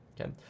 okay